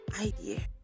idea